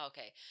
Okay